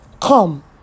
Come